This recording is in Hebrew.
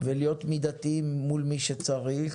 ולהיות מידתיים מול מי שצריך.